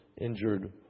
injured